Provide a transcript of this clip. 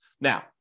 Now